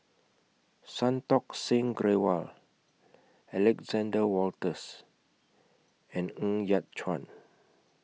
Santokh Singh Grewal Alexander Wolters and Ng Yat Chuan